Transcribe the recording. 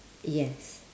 yes